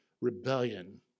rebellion